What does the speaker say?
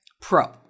Pro